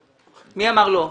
מי אמר לא?